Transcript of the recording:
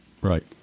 right